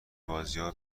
بازیا